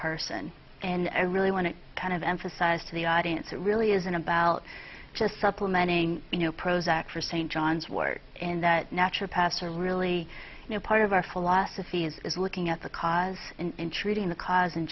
person and i really want to kind of emphasize to the audience it really isn't about just supplementing you know prozac for st john's wort in that natural pastor really you know part of our philosophy is looking at the cause and treating the cause and